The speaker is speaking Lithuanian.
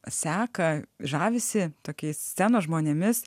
seka žavisi tokiais scenos žmonėmis